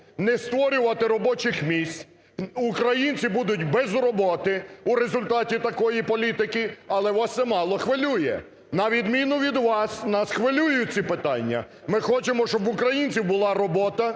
не створювати робочих місць. українці будуть без роботи в результаті такої політики. Але вас це мало хвилює. На відміну від вас, нас хвилюють ці питання. Ми хочемо, щоб в українців була робота